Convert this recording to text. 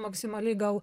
maksimaliai gal